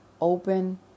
open